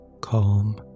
Calm